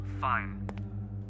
Fine